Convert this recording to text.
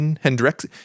Hendrix